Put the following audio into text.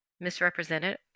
misrepresented